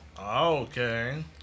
Okay